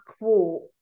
quote